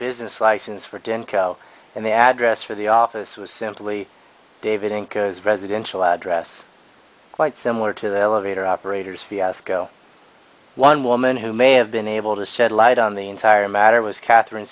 business license for dinner and the address for the office was simply davydenko is residential address quite similar to the elevator operators fiasco one woman who may have been able to shed light on the entire matter was catherine